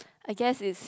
I guess it's